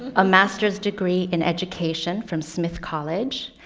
a master's degree in education from smith college,